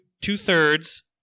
two-thirds